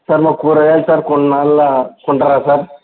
sir మా కూరగాయలు sir కొన్నాళ్ళు కొంటారా సార్